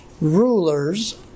rulers